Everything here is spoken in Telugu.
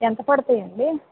ఎంత పడుతాయండి